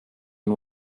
and